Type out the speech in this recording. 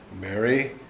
Mary